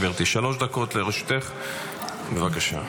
גברתי, שלוש דקות לרשותך, בבקשה.